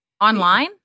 Online